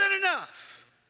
enough